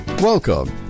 Welcome